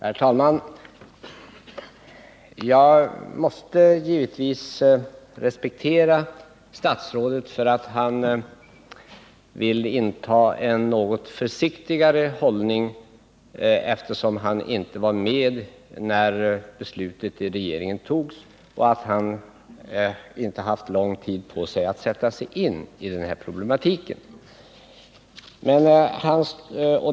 Herr talman! Jag måste naturligtvis respektera att statsrådet vill inta en något försiktigare hållning, eftersom han inte var med när beslutet i regeringen fattades och inte heller haft tillräcklig tid att sätta sig in i problematiken.